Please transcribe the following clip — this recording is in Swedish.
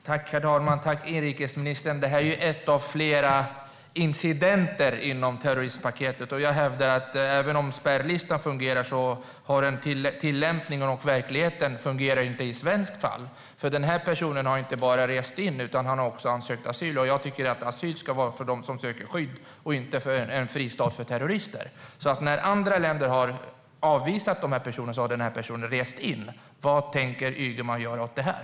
Herr talman! Tack, inrikesministern! Det här är en av flera incidenter inom terroristpaketet. Jag hävdar att även om spärrlistan fungerar så fungerar inte tillämpningen i verkligheten i Sverige. Den här personen har inte bara rest in; han har också ansökt om asyl. Jag tycker att asyl ska vara till för dem som söker skydd och inte för att vi ska vara en fristad för terrorister. När andra länder har avvisat den här personen har han alltså rest in i Sverige. Vad tänker Ygeman göra åt det här?